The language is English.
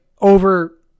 over